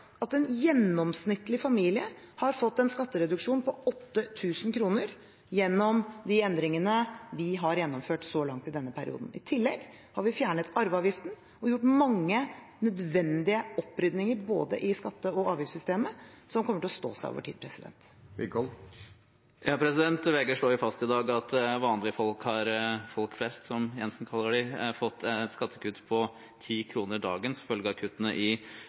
En gjennomsnittlig familie har fått en skattereduksjon på 8 000 kr gjennom de endringene vi har gjennomført så langt i denne perioden. I tillegg har vi fjernet arveavgiften og gjort mange nødvendige opprydninger i skatte- og avgiftssystemet som kommer til å stå seg over tid. VG slår fast i dag at vanlige folk – «folk flest», som Jensen kaller dem – har fått et skattekutt på ti kroner dagen som følge av kuttene i